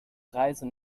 reise